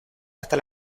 hasta